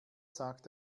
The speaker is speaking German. sagt